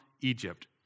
Egypt